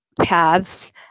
paths